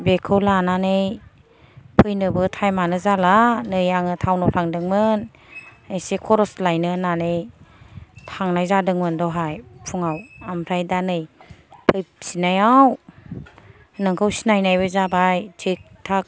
बेखौ लानानै फैनोबो थाइमआनो जाला नै आङो टाउनआव थांदोंमोन एसे खरस लायनो होनानै थांनाय जादोंमोन दहाय फुङाव ओमफ्राय दा नै फैफिननायाव नोंखौ सिनायनायबो जाबाय थिग थाग